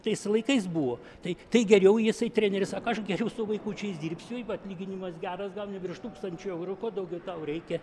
tais laikais buvo tai tai geriau jisai treneris sako aš geriau su vaikučiais dirbsiu ir atlyginimas geras gauni virš tūkstančio eurų daugiau tau reikia